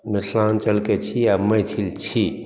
मिथिलाञ्चलके छी आ मैथिल छी